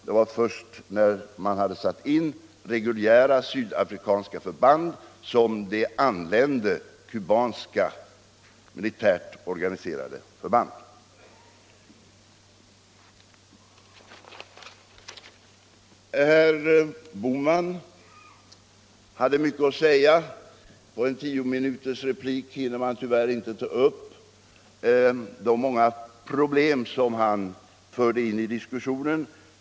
Det var först när reguljära sydafrikanska förband satts in som kubanska militärt organiserade förband anlände. Herr Bohman hade mycket att säga. På en tiominutersreplik hinner man tyvärr inte ta upp de många problem som han förde in i diskussionen.